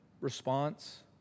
response